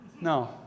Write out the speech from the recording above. no